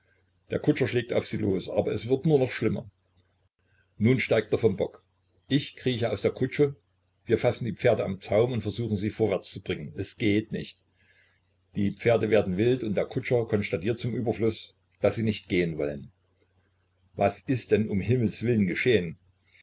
der kutscher schlägt auf sie los aber es wird nur noch schlimmer nun steigt er vom bock ich krieche aus der kutsche wir fassen die pferde am zaum und versuchen sie vorwärts zu bringen es geht nicht die pferde werden wild und der kutscher konstatiert zum überfluß daß sie nicht gehen wollen was ist denn um himmelswillen geschehen